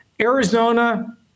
Arizona